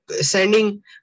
sending